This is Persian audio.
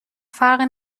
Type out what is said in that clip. فرقی